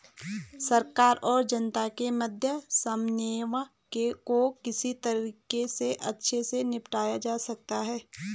सरकार और जनता के मध्य समन्वय को किस तरीके से अच्छे से निपटाया जा सकता है?